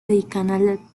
dedican